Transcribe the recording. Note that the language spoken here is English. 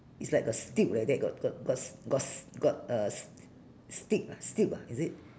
is like got steel like that got got got s~ got s~ got uh s~ stick uh steel uh is it